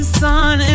sun